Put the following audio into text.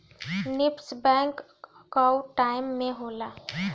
NEFT bank कअ time में होला